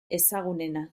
ezagunena